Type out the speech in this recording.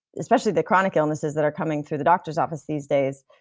especially the chronic illnesses that are coming through the doctor's office these days,